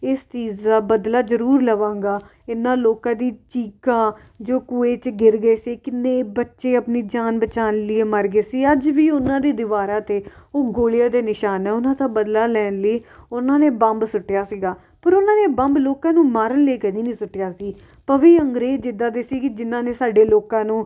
ਇਸ ਚੀਜ਼ ਦਾ ਬਦਲਾ ਜ਼ਰੂਰ ਲਵਾਂਗਾ ਇਹਨਾਂ ਲੋਕਾਂ ਦੀ ਚੀਕਾਂ ਜੋ ਕੂਏ 'ਚ ਗਿਰ ਗਏ ਸੀ ਕਿੰਨੇ ਬੱਚੇ ਆਪਣੀ ਜਾਨ ਬਚਾਉਣ ਲਈ ਮਰ ਗਏ ਸੀ ਅੱਜ ਵੀ ਉਹਨਾਂ ਦੇ ਦੀਵਾਰਾਂ 'ਤੇ ਉਹ ਗੋਲੀਆਂ ਦੇ ਨਿਸ਼ਾਨ ਆ ਉਹਨਾਂ ਦਾ ਬਦਲਾ ਲੈਣ ਲਈ ਉਹਨਾਂ ਨੇ ਬੰਬ ਸੁੱਟਿਆ ਸੀਗਾ ਪਰ ਉਹਨਾਂ ਨੇ ਬੰਬ ਲੋਕਾਂ ਨੂੰ ਮਾਰਨ ਲਈ ਕਦੀ ਨਹੀਂ ਸੁੱਟਿਆ ਸੀ ਭਾਵੇਂ ਅੰਗਰੇਜ਼ ਜਿੱਦਾਂ ਦੇ ਸੀ ਕਿ ਜਿਨ੍ਹਾਂ ਨੇ ਸਾਡੇ ਲੋਕਾਂ ਨੂੰ